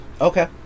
Okay